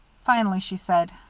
finally she said